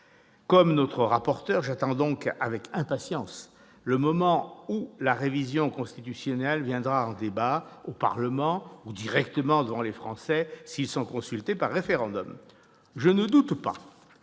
Comme notre rapporteur, j'attends donc avec impatience le moment où la révision constitutionnelle viendra en débat, au Parlement ou directement devant les Français, s'ils sont consultés par référendum. Je ne doute pas